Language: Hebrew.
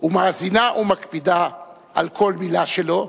ומאזינה ומקפידה על כל מלה שלו.